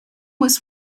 was